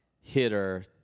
hitter